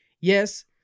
yes